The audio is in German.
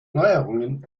neuerungen